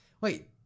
Wait